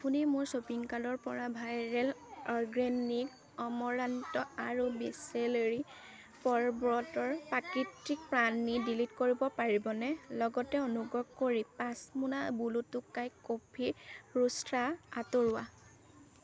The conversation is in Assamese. আপুনি মোৰ শ্বপিং কাৰ্টৰপৰা ভাইৰেল অৰ্গেনিক অমৰান্ত আৰু বিচলেৰী পৰ্বতৰ প্ৰাকৃতিক প্ৰাণী ডিলিট কৰিব পাৰিবনে লগতে অনুগ্ৰহ কৰি পাঁচমোনা ব্লু টোকাই কফি ৰোষ্টাৰ আঁতৰোৱা